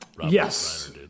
Yes